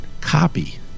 copy